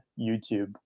YouTube